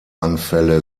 anfälle